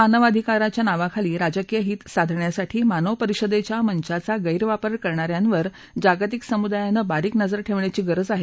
मानवाधिकारच्या नावाखाली राजकीय हित साधण्यासाठी मानव परिषदखी मंचाचा गैरवापर करणा यावर जागतिक समुदायांनी बारीक नजर ठरणेयाची गरज आह